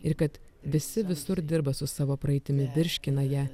ir kad visi visur dirba su savo praeitimi virškina ją